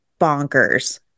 bonkers